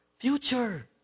future